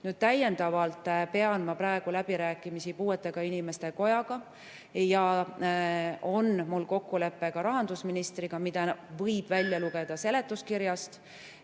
Täiendavalt pean ma praegu läbirääkimisi puuetega inimeste kojaga. Samuti on mul kokkulepe rahandusministriga, mida võib välja lugeda seletuskirjast,